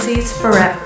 forever